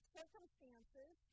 circumstances